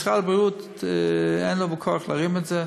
משרד הבריאות, אין לו כוח להרים את זה.